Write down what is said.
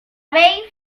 vell